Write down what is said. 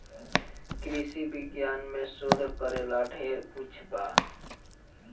कृषि विज्ञान में शोध करेला ढेर कुछ बा